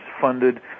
funded